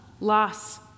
loss